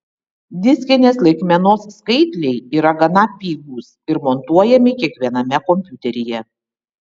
diskinės laikmenos skaitliai yra gana pigūs ir montuojami kiekviename kompiuteryje